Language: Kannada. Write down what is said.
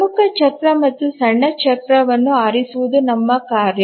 ಪ್ರಮುಖ ಚಕ್ರ ಮತ್ತು ಸಣ್ಣ ಚಕ್ರವನ್ನು ಆರಿಸುವುದು ನಮ್ಮ ಕಾರ್ಯ